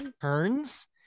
turns